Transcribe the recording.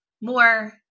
More